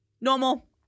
Normal